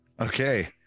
Okay